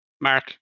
Mark